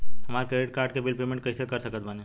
हमार credit card के bill payment कइसे कर सकत बानी?